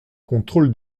contrôle